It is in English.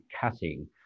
cutting